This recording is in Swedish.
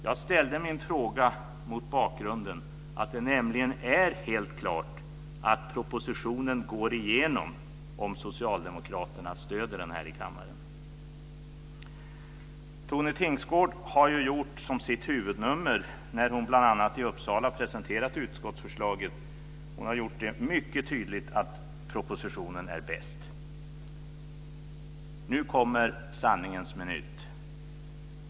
Jag ställde min fråga mot bakgrund av att det är helt klart att propositionen går igenom om socialdemokraterna stöder den här i kammaren. Tone Tingsgård har ju gjort det här som sitt huvudnummer när hon, bl.a. i Uppsala, har presenterat utskottsförslaget. Hon har gjort det mycket tydligt att propositionen är bäst. Nu kommer sanningens minut.